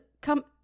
come